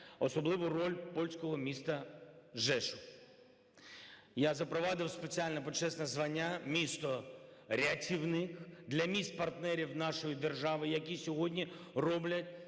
особливу роль польського міста Жешув. Я запровадив спеціальне почесне звання Місто-рятівник для міст-партнерів нашої держави, які сьогодні роблять